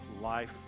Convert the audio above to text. life